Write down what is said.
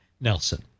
Nelson